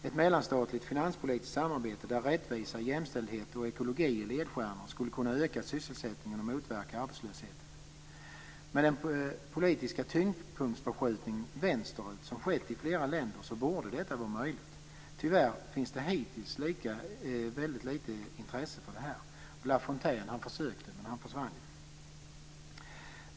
Ett mellanstatligt finanspolitiskt samarbete där rättvisa, jämställdhet och ekologi är ledstjärnor skulle kunna öka sysselsättningen och motverka arbetslösheten. Med den politiska tyngdpunktsförskjutning vänsterut som skett i flera länder borde detta vara möjligt. Tyvärr finns det hittills väldigt lite intresse för detta. Lafontaine försökte, men han försvann ju.